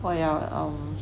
我要 um